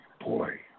boy